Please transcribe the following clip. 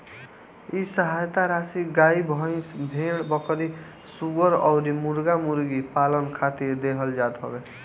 इ सहायता राशी गाई, भईस, भेड़, बकरी, सूअर अउरी मुर्गा मुर्गी पालन खातिर देहल जात हवे